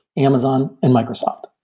amazon and microsoft.